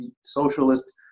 socialist